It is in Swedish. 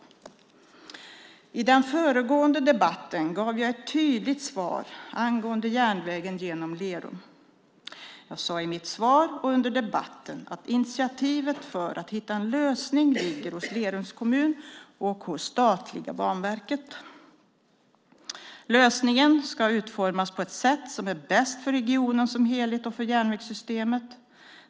I den föregående debatten gav jag ett tydligt svar angående järnvägen genom Lerum. Jag sade i mitt svar och under debatten att initiativet för att hitta en lösning ligger hos Lerums kommun och hos statliga Banverket. Lösningen ska utformas på ett sätt som är bäst för regionen som helhet och för järnvägssystemet.